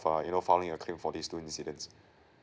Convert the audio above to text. err you know filing a claim for these two incidents